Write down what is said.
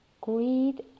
Greed